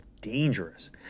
dangerous